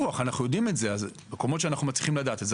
ולכן במקומות שאנחנו מצליחים לדעת את זה,